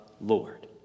Lord